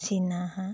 চীনা হাঁহ